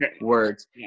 words